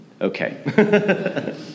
Okay